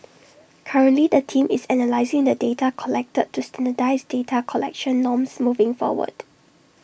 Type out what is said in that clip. currently the team is analysing the data collected to standardise data collection norms moving forward